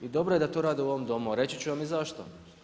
I dobro je da to rade u ovom Domu a reći ću vam i zašto.